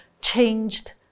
changed